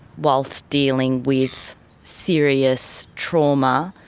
whilst dealing with serious trauma,